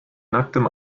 nacktem